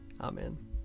amen